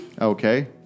Okay